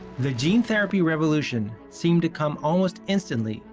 the gene therapy revolution seemed to come almost instantly,